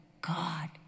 God